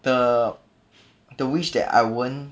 the the wish that I won't